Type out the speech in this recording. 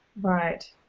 Right